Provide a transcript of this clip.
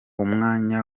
umwanya